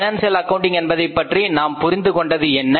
financial accounting என்பதை பற்றி நாம் புரிந்து கொண்டது என்ன